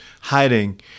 hiding